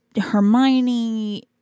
Hermione